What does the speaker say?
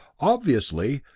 obviously,